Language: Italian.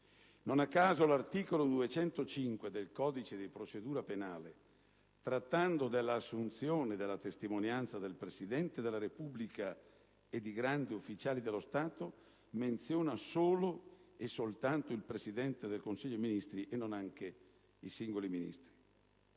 Non a caso l'articolo 205 del codice di procedura penale, trattando della «Assunzione della testimonianza del Presidente della Repubblica e di grandi ufficiali dello Stato», menziona solo e soltanto il Presidente del Consiglio dei ministri, e non anche i singoli Ministri.